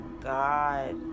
god